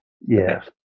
Yes